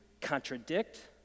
contradict